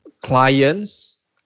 clients